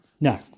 No